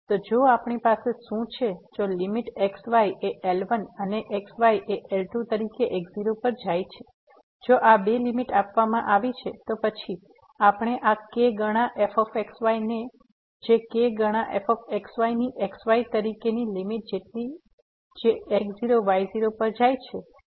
તો જો આપણી પાસે શું છે જો લીમીટfx y એ L1અનેx y એ L2 તરીકે x0 પર જાય છે જો આ બે લીમીટ આપવામાં આવી છે તો પછી આપણે આ k ગણા fx y જે k ગણા fx y ની x y તરીકે લીમીટ જેટલી હશે જે x0 y0 પર જાય છે